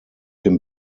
dem